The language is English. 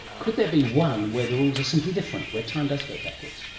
could there be one where the rules are simply different, where time does go backwards?